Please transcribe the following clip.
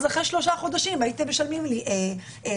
אחרי שלושה חודשים הייתם משלמים לי אבטלה.